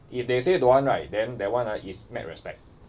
if they say don't want right then that one ah is mad respect